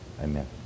amen